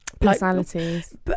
personalities